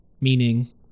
meaning